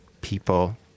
people